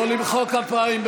לא למחוא כפיים,